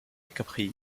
capri